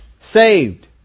saved